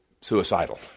suicidal